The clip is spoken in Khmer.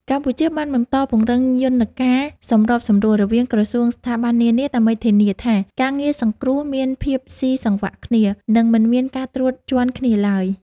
កម្ពុជាបានបន្តពង្រឹងយន្តការសម្របសម្រួលរវាងក្រសួងស្ថាប័ននានា ដើម្បីធានាថាការងារសង្គ្រោះមានភាពស៊ីសង្វាក់គ្នា និងមិនមានការត្រួតជាន់គ្នាឡើយ។